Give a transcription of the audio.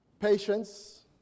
Patience